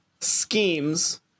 schemes